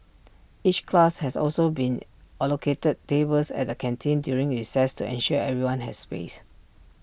each class has also been allocated tables at the canteen during recess to ensure everyone has space